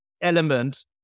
element